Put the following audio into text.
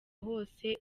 hose